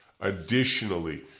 Additionally